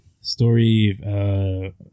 story